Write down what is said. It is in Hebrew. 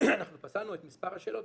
פסלנו את מספר השאלות,